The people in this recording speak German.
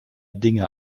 dinge